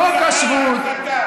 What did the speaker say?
חוק השבות, ההחלטה.